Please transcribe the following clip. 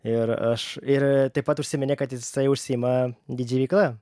ir aš ir taip pat užsiminė kad jisai užsiima didžėj veikla